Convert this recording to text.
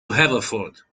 haverford